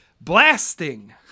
blasting